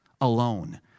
alone